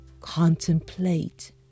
Contemplate